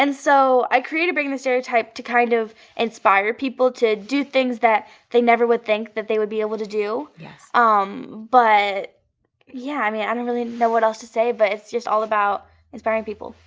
and so, i created breakingthestereotype to kind of inspire people to do things that they never would think that they would be able to do. yeah um but yeah i mean i don't really know what else to say, but it's all about inspiring people.